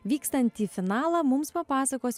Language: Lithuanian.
vykstantį finalą mums papasakos